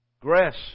grass